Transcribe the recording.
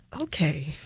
okay